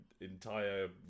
entire